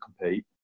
compete